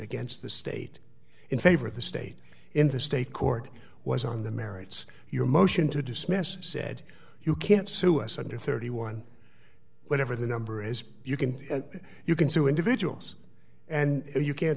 against the state in favor of the state in the state court was on the merits your motion to dismiss said you can't sue us under thirty one whatever the number is you can you can sue individuals and you can